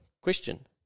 Question